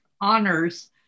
honors